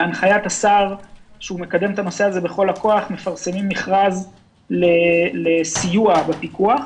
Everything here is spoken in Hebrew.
בהנחיית השר שמקדם את הנושא הזה בכל הכוח מפרסמים מכרז לסיוע בפיקוח,